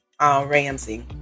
Ramsey